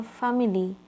family